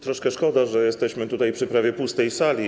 Trochę szkoda, że jesteśmy tutaj przy prawie pustej sali.